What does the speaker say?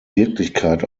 wirklichkeit